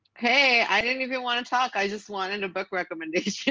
hey, i didn't even want to talk. i just wanted a book recommendation.